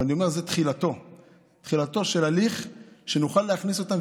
אבל אני אומר: זו תחילתו של הליך שנוכל להכניס אותם,